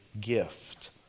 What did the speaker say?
gift